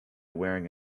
wearing